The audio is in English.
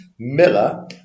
Miller